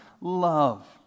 love